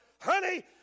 Honey